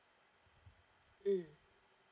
mm